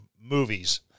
movies